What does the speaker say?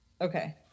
Okay